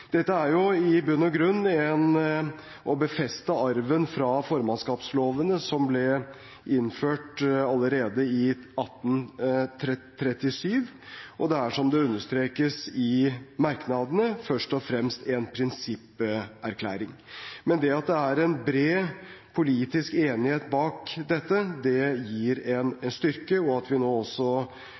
Dette er i bunn og grunn å befeste arven fra formannskapslovene, som ble innført allerede i 1837, og det er, som det understrekes i merknadene, først og fremst en prinsipperklæring. Men det at det er en bred politisk enighet bak dette, gir en styrke, og også at vi nå